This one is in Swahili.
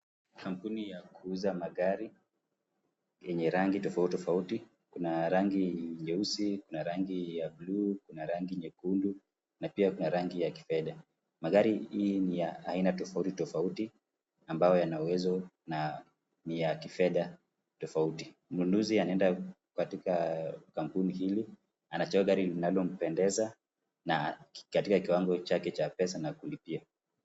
Kampuni ya kuuza magari yenye rangi tofaut tofauti. Kuna ya rangi jeusi na rangi ya buluu, kuna rangi nyekundu na pia kuna rangi ya kifedha. Magari hii ni ya aina tofauti tofauti na ya kifedha tofauti. Mnunuzi anaenda katika kampuni hili anachukua gari linalo mpendeza katika kiwango chake cha pesa na kulipia.